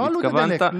לא עלות הדלק.